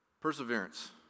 Perseverance